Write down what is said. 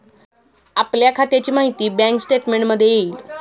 आपल्या खात्याची माहिती बँक स्टेटमेंटमध्ये येईल